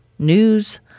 news